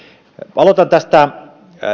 aloitan tästä